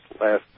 last